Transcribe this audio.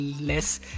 less